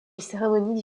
cérémonie